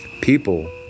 people